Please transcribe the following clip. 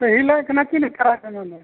ᱯᱟᱹᱦᱤᱞᱟᱜ ᱠᱟᱱᱟ ᱠᱤ ᱱᱮᱛᱟᱨᱟᱜ ᱠᱟᱱᱟ ᱚᱱᱟ ᱫᱚ